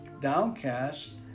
downcast